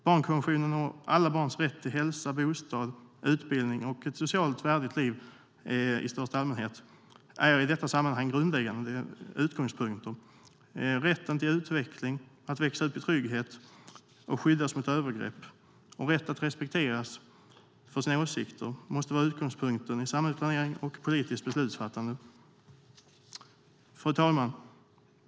Barnkonventionen och alla barns rätt till hälsa, bostad, utbildning och ett i största allmänhet socialt värdigt liv är i detta sammanhang en grundläggande utgångspunkt. Rätten till utveckling, rätten att växa upp i trygghet och skyddas mot övergrepp samt rätten att respekteras för sina åsikter måste vara utgångspunkten i samhällsplanering och politiskt beslutsfattande. Fru talman!